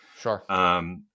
Sure